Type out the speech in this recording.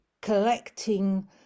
collecting